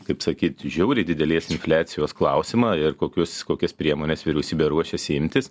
kaip sakyt žiauriai didelės infliacijos klausimą ir kokius kokias priemones vyriausybė ruošiasi imtis